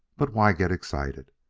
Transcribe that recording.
but, why get excited?